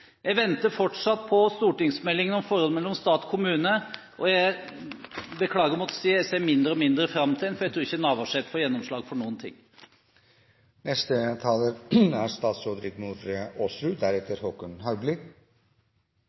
Jeg venter fortsatt på stortingsmeldingen om forholdet mellom stat og kommune, og jeg beklager å måtte si det: Jeg ser mindre og mindre fram til den, for jeg tror ikke statsråd Navarsete får gjennomslag for noen